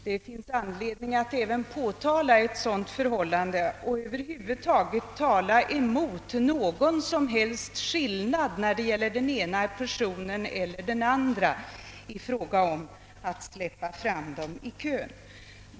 Det finns anledning att påtala även ett sådant förhållande och att över huvud taget reagera mot att skillnad göres beträffande den ena eller andra personen när det gäller att släppa fram vederbörande i kön.